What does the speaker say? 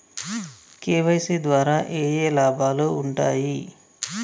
KYC ద్వారా ఏఏ లాభాలు ఉంటాయి?